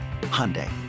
Hyundai